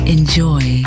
Enjoy